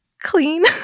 clean